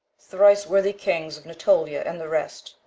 thrice-worthy kings, of natolia and the rest,